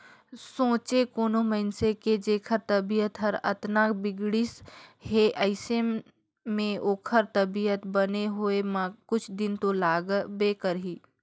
सोंचे कोनो मइनसे के जेखर तबीयत हर अतना बिगड़िस हे अइसन में ओखर तबीयत बने होए म कुछ दिन तो लागबे करही